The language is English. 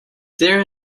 there